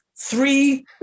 three